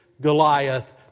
Goliath